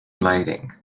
lighting